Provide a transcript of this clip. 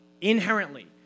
inherently